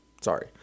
Sorry